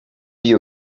you